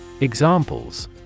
Examples